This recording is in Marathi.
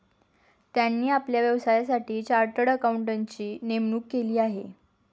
त्यांनी आपल्या व्यवसायासाठी चार्टर्ड अकाउंटंटची नेमणूक केली आहे